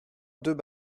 deux